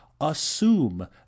assume